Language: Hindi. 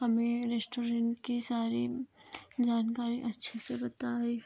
हमें रेस्टोरेंट की सारी जानकारी अच्छे से बताई